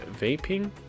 vaping